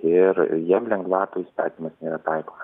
ir jiem lengvatų įstatymas nėra taikomas